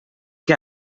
què